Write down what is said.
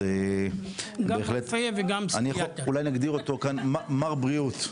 אני חושב שאולי נגדיר אותו כאן מר בריאות טיבי.